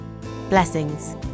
Blessings